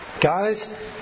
Guys